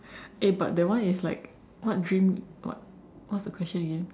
eh but that one is like what dream what what's the question again